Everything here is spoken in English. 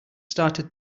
started